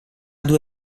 due